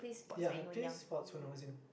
ya I play sports when I was in